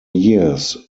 years